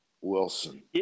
Wilson